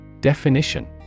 Definition